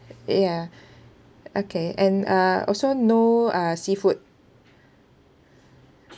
ya okay and uh also no uh seafood